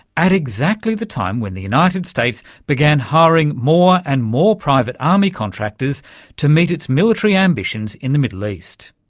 at exactly the time when the united states began hiring more and more private army contractors to meet its military ambitions in the middle east.